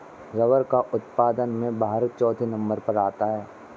rubber के उत्पादन में भारत चौथे नंबर पर आता है